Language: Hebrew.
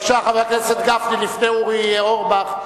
בבקשה, חבר הכנסת גפני, לפני אורי אורבך,